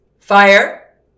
Fire